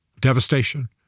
Devastation